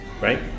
right